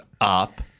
up